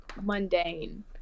mundane